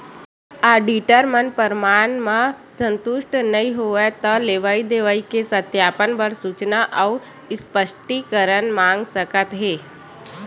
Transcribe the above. auditor मन परमान म संतुस्ट नइ होवय त लेवई देवई के सत्यापन बर सूचना अउ स्पस्टीकरन मांग सकत हे